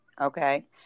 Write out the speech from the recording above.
Okay